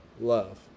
love